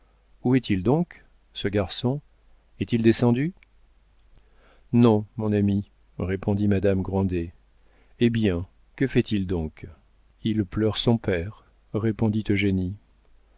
où est-il donc ce garçon est-il descendu non mon ami répondit madame grandet eh bien que fait-il donc il pleure son père répondit eugénie